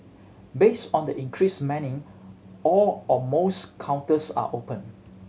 based on the increased manning all or most counters are open